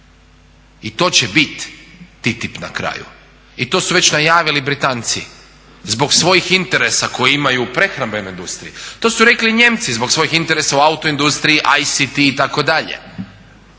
I to će biti TTIP na kraju i to su već najavili Britanci zbog svojih interesa koji imaju u prehrambenoj industriji, to su rekli i Nijemci zbog svojih interesa u autoindustriji ICT, itd.